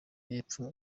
y’epfo